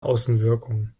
außenwirkung